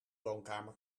woonkamer